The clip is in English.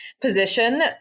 position